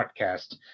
podcast